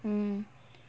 mm